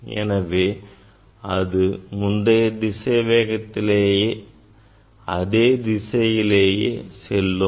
எனவே அது முந்தைய திசை வேகத்திலேயே அதே திசையிலேயே செல்லும்